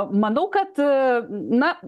manau kad na